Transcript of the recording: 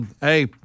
Hey